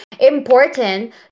important